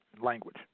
language